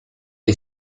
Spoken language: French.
est